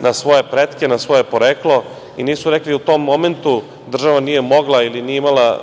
na svoje pretke, na svoje poreklo i nisu rekli u tom momentu država nije mogla ili nije imala